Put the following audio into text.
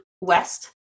West